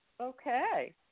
Okay